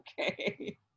okay